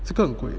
这个很贵